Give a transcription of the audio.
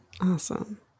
Awesome